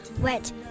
wet